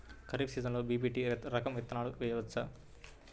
ఖరీఫ్ సీజన్లో బి.పీ.టీ రకం విత్తనాలు వేయవచ్చా?